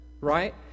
right